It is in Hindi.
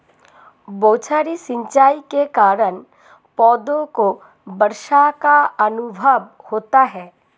बौछारी सिंचाई के कारण पौधों को वर्षा का अनुभव होता है